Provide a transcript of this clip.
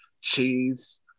cheese